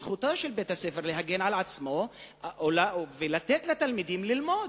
זכותו של בית-הספר להגן על עצמו ולתת לתלמידים ללמוד.